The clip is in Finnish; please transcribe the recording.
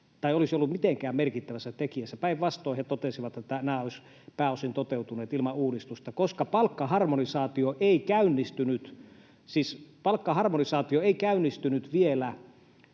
tai olisi ollut mitenkään merkittävänä tekijänä. Päinvastoin he totesivat, että nämä olisivat pääosin toteutuneet ilman uudistusta, koska palkkaharmonisaatio ei käynnistynyt. Siis